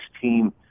team